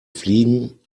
fliegen